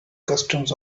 customs